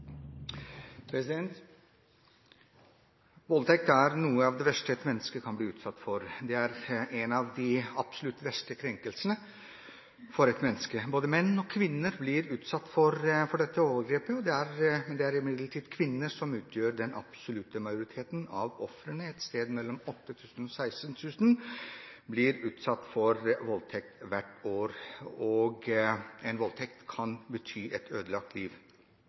er. Voldtekt er noe av det verste et menneske kan bli utsatt for. Det er en av de absolutt verste krenkelsene for et menneske. Både menn og kvinner blir utsatt for dette overgrepet, men det er imidlertid kvinner som utgjør den absolutte majoritet når det gjelder ofre. Et sted mellom 8 000–16 000 blir utsatt for voldtekt hvert år. En voldtekt kan bety et ødelagt liv.